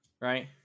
right